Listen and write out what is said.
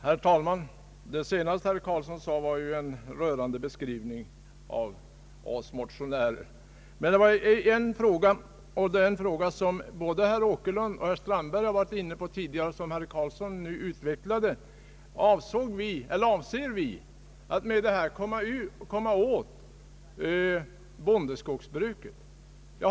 Herr talman! Det senaste herr Erik Vilhelm Carlsson sade här var ju en rörande beskrivning av oss motionärer. Men han ställde också en fråga — den frågan var både herr Åkerlund och herr Strandberg inne på tidigare — och den utvecklades nu av herr Carlsson. Frågan var: Avser vi att här komma åt bondeskogsbruket?